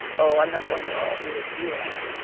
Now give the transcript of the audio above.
oh, i'm not going to argue with you, anne.